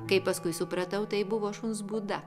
kaip paskui supratau tai buvo šuns būda